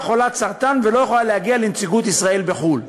חולת סרטן ולא יכולה להגיע לנציגות ישראל בחו"ל.